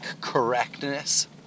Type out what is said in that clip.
correctness